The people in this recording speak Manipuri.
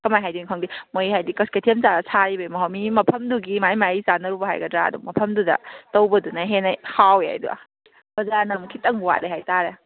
ꯀꯃꯥꯏꯅ ꯍꯥꯏꯗꯣꯏꯅꯣ ꯈꯪꯗꯦ ꯃꯣꯏ ꯍꯥꯏꯕꯗꯤ ꯀꯩꯊꯦꯜ ꯃꯆꯥꯗ ꯁꯥꯔꯤꯕꯒꯤ ꯃꯍꯥꯎ ꯃꯤ ꯃꯐꯝꯗꯨꯒꯤ ꯃꯥꯒꯤ ꯃꯥꯒꯤ ꯆꯥꯟꯅꯔꯨꯕ ꯍꯥꯏꯒꯗ꯭ꯔꯥ ꯑꯗꯨꯝ ꯃꯐꯝꯗꯨꯗ ꯇꯧꯕꯗꯨꯅ ꯍꯦꯟꯅ ꯍꯥꯎꯏ ꯍꯥꯏꯗꯣ ꯕꯖꯥꯔꯅꯃꯨꯛ ꯈꯤꯇꯪ ꯋꯥꯠꯂꯦ ꯍꯥꯏꯇꯥꯔꯦ